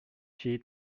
she